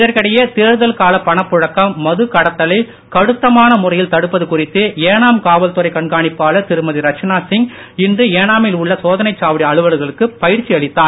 இதற்கிடையே தேர்தல் கால பணப் புழக்கம் மது கடத்தலை கடுத்தமான முறையில் தடுப்பது குறித்து ஏனாம் காவல்துறை கண்காணிப்பாளர் திருமதி ரட்சனாசிங் இன்று ஏனாமில் உள்ள சோதனைக் சாவடி அலுவலர்களுக்கு பயிற்சி அளித்தார்